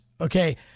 Okay